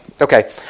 okay